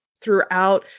throughout